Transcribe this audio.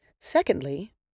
Secondly